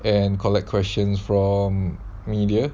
and collect questions from media